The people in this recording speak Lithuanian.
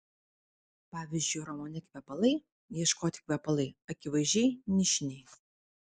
pavyzdžiui romane kvepalai ieškoti kvepalai akivaizdžiai nišiniai